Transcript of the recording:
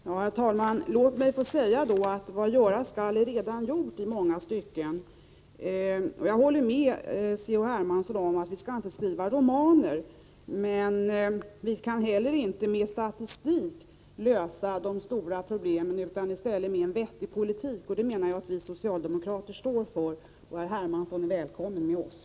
Herr talman! Låt mig då säga att vad göras skall är redan gjort i många stycken. Jag håller med C.-H. Hermansson om att vi inte skall skriva romaner. Men vi kan inte heller med statistik lösa de stora problemen. Det skall ske med en vettig politik. En sådan menar jag att vi socialdemokrater står för. Herr Hermansson är välkommen till oss.